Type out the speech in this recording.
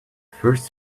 first